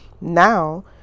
now